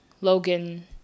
logan